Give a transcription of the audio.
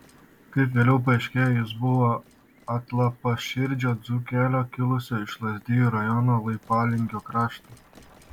kaip vėliau paaiškėjo jis buvo atlapaširdžio dzūkelio kilusio iš lazdijų rajono leipalingio krašto